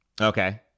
Okay